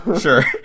Sure